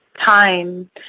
time